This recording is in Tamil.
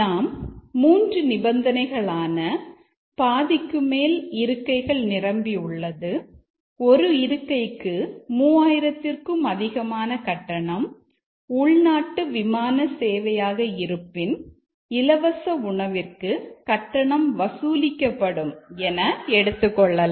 நாம் 3 நிபந்தனைகள் ஆன பாதிக்குமேல் இருக்கைகள் நிரம்பியுள்ளது ஒரு இருக்கைக்கு மூவாயிரத்திற்கும் அதிகமான கட்டணம் உள்நாட்டு விமான சேவையாக இருப்பின் இலவச உணவிற்கு கட்டணம் வசூலிக்கப்படும் என எடுத்துக்கொள்ளலாம்